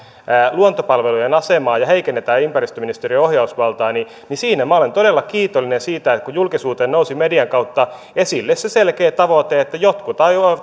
luontopalveluiden asemaa ja heikennetään ympäristöministeriön ohjausvaltaa niin niin siinä minä olen todella kiitollinen siitä että julkisuuteen nousi median kautta esille se selkeä tavoite että jotkut ajoivat